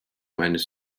meines